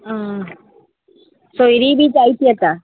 आं सोयरी बी जायती येता